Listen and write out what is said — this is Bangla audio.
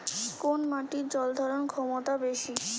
কোন মাটির জল ধারণ ক্ষমতা বেশি?